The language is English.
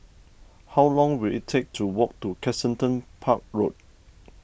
how long will it take to walk to Kensington Park Road